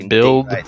Build